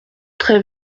très